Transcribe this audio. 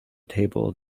table